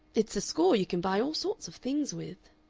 it's a score you can buy all sorts of things with.